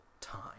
time